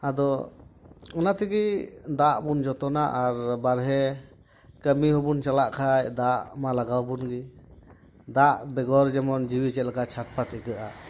ᱟᱫᱚ ᱚᱱᱟᱛᱮᱜᱮ ᱫᱟᱜ ᱵᱚᱱ ᱡᱚᱛᱚᱱᱟ ᱟᱨ ᱵᱟᱨᱦᱮ ᱠᱟᱹᱢᱤ ᱦᱚᱸᱵᱚᱱ ᱪᱟᱞᱟᱜ ᱠᱷᱟᱡ ᱫᱟᱜ ᱢᱟ ᱞᱟᱜᱟᱣᱟᱵᱚᱱ ᱜᱮ ᱫᱟᱜ ᱵᱮᱜᱚᱨ ᱡᱮᱢᱚᱱ ᱡᱤᱣᱤ ᱪᱮᱫ ᱞᱮᱠᱟ ᱪᱷᱟᱴ ᱯᱟᱴ ᱟᱹᱭᱠᱟᱹᱜᱼᱟ